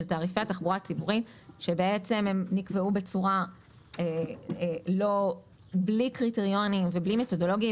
תעריפי התחבורה הציבורית שבעצם הם נקבעו בלי קריטריונים ובלי מתודולוגי,